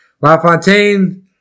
LaFontaine